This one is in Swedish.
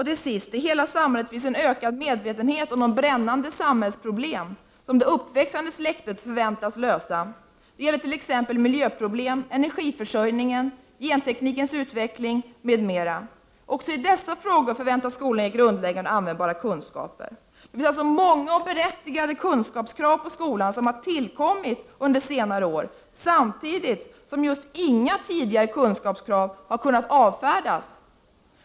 Till sist: I hela samhället finns en ökad medvetenhet om de brännande samhällsproblem som det uppväxande släktet förväntas lösa. Det gäller miljöproblemen, energiförsörjningen, utvecklingen av gentekniken m.m. Också i dessa frågor förväntas skolan ge grundläggande och användbara kunskaper. Det har således under senare år tillkommit många områden där det ställs berättigade krav på att skolan skall ge kunskaper, detta samtidigt som just inga tidigare kunskapskrav har kunnat avfärdas.